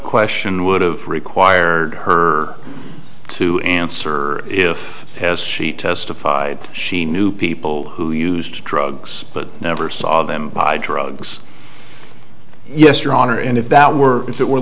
question would have required her to answer if as she testified she knew people who used drugs but never saw them by drugs yes your honor and if that were if it were